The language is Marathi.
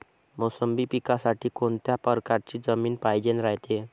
मोसंबी पिकासाठी कोनत्या परकारची जमीन पायजेन रायते?